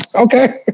Okay